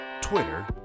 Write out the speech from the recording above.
Twitter